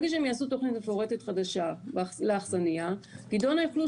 רק כשהם יעשו תכנית מפורטת חדשה לאכסניה גדעונה יוכלו